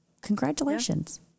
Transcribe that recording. congratulations